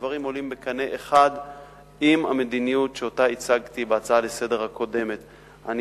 הדברים עולים בקנה אחד עם המדיניות שהצגתי בהצעה הקודמת לסדר-היום.